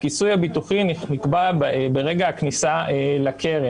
הכיסוי הביטוחי נקבע ברגע הכניסה לקרן,